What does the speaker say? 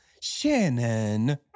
Shannon